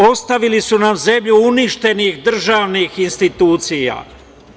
Ostavili su nam zemlju uništenih državnih institucija.